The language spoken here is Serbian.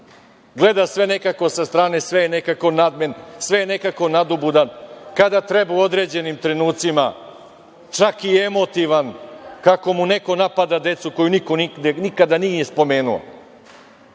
gleda sve nekako sa strane, nekako je nadmen, sve je nekako nadobudan, kada treba u određenim trenucima i emotivan, kako mu neko napada decu koju niko nikada nije spomenuo. Da